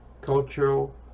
cultural